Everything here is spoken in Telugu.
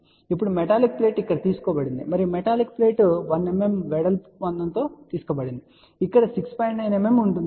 కాబట్టి ఇప్పుడు మెటాలిక్ ప్లేట్ ఇక్కడ తీసుకోబడింది మరొక మెటాలిక్ ప్లేట్ 1 mm వెడల్పు మందంతో తీసుకోబడింది ఇక్కడ 6